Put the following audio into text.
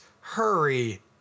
hurry